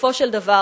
בסופו של דבר,